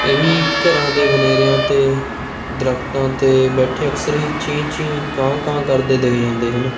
ਇਹ ਵੀ ਘਰਾਂ ਦੇ ਬਨੇਰਿਆਂ 'ਤੇ ਦਰੱਖਤਾਂ 'ਤੇ ਬੈਠੇ ਅਕਸਰ ਹੀ ਚੀ ਚੀ ਕਾਂ ਕਾਂ ਕਰਦੇ ਦਿਖ ਜਾਂਦੇ ਹਨ